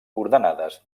ordenades